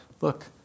look